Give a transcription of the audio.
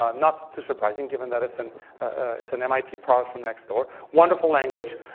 um not too surprising given that it's an it's an mit product from next door, wonderful language.